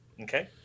Okay